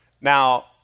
Now